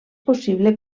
possible